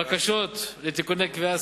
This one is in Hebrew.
בקשות לתיקוני קביעה,